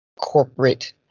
corporate